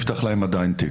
לא נפתח להם עדיין תיק.